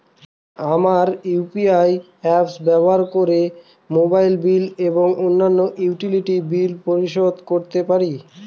আমরা UPI apps ব্যবহার করে মোবাইল বিল এবং অন্যান্য ইউটিলিটি বিল পরিশোধ করতে পারি